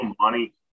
money